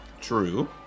true